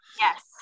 Yes